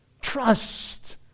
Trust